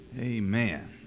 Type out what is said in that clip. Amen